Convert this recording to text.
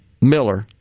Miller